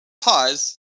Pause